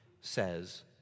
says